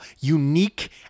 unique